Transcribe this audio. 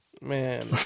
Man